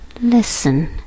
Listen